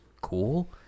cool